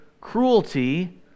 cruelty